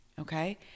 okay